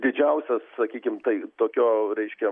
didžiausias sakykim tai tokio reiškia